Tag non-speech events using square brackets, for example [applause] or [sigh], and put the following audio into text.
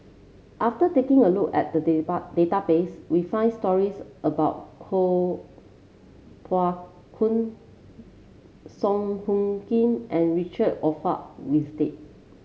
after taking a look at the [unintelligible] database we found stories about Kuo Pao Kun Song Hoot Kiam and Richard Olaf Winstedt